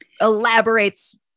elaborates